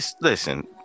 Listen